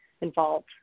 involved